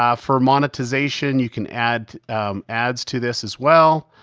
ah for monetization you can add ads to this as well,